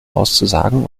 auszusagen